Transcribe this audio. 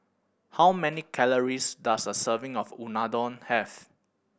how many calories does a serving of Unadon have